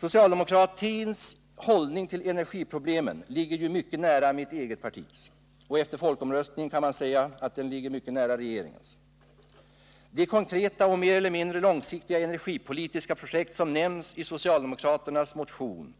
Socialdemokratins hållning till energiproblemen ligger ju mycket nära mitt eget partis, och efter folkomröstningen kan man säga att den ligger mycket nära regeringens. De konkreta och mer eller mindre långsiktiga energipolitiska projekt som nämns i socialdemokraternas motion